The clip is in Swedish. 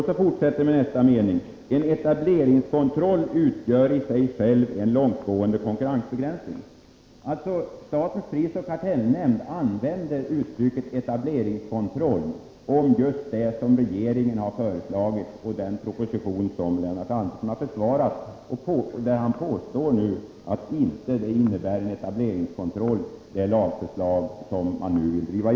Så fortsätter man i nästa mening: ”En etableringskontroll utgör i sig själv en långtgående konkurrensbegränsning.” Statens prisoch kartellnämnd använder alltså uttrycket etableringskontroll om just det som regeringen har föreslagit. Den propositionen försvarar Lennart Andersson, och han påstår att det lagförslag som regeringen nu vill driva igenom inte innebär etableringskontroll.